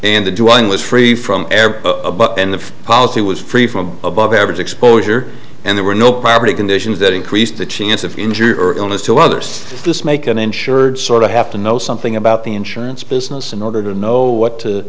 do one was free from care and the policy was free from above average exposure and there were no property conditions that increased the chance of injury or illness to others this make an insured sort of have to know something about the insurance business in order to know what to